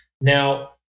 Now